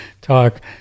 talk